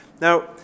Now